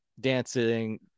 dancing